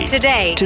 Today